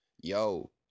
yo